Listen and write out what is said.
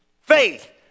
Faith